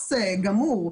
פרדוקס גמור,